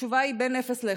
התשובה היא בין 0 ל-1,